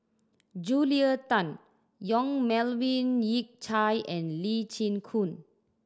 Julia Tan Yong Melvin Yik Chye and Lee Chin Koon